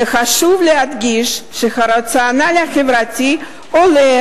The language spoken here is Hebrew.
וחשוב להדגיש שהרציונל החברתי עולה